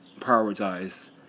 prioritize